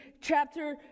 chapter